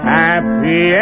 happy